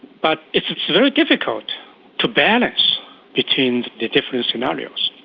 but it's very difficult to balance between the different scenarios.